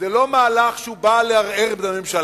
זה לא מהלך שבא לערער את הממשלה.